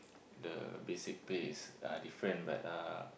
the basic pay is uh different but uh